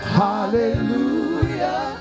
hallelujah